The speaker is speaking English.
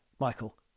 Michael